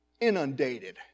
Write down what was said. inundated